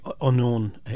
unknown